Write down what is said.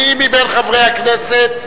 מי מבין חברי הכנסת,